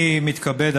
אני מתכבד,